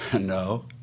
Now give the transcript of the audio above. No